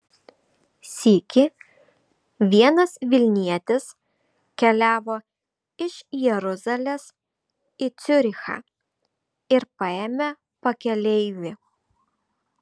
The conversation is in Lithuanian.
sykį vienas vilnietis keliavo iš jeruzalės į ciurichą ir paėmė pakeleivį